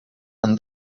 and